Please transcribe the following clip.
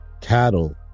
cattle